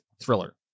thriller